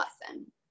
lesson